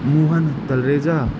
Mohan Talreja